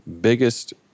biggest